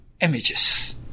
images